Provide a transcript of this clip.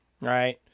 Right